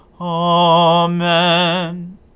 Amen